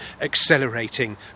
accelerating